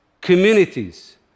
communities